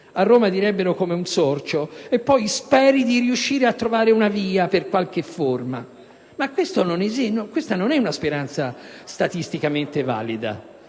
a Roma direbbero come un sorcio - per poi sperare di riuscire a trovare in qualche forma una via. Questa non è una speranza statisticamente valida.